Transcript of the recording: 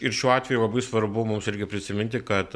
ir šiuo atveju labai svarbu mums irgi prisiminti kad